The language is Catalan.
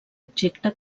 objecte